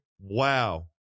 Wow